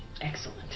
Excellent